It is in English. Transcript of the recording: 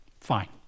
Fine